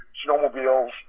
snowmobiles